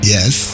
Yes